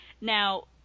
Now